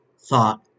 thought